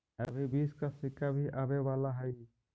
अभी बीस का सिक्का भी आवे वाला हई